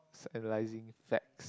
analyzing facts